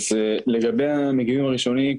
אז לגבי המגיעים הראשונים,